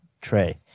tray